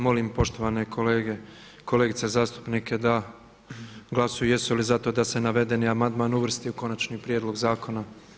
Molim poštovane kolegice i kolege zastupnike da glasuju jesu li za to da se navedeni amandman uvrsti u konačni prijedlog zakona.